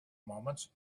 moments